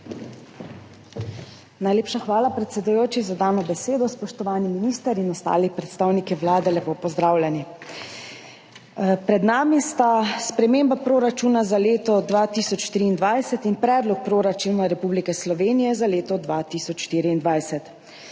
Najlepša hvala, predsedujoči, za dano besedo. Spoštovani minister in ostali predstavniki Vlade, lepo pozdravljeni! Pred nami sta sprememba proračuna za leto 2023 in predlog proračuna Republike Slovenije za leto 2024.